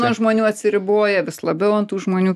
nuo žmonių atsiriboja vis labiau ant tų žmonių